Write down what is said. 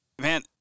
Man